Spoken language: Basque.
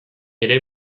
ere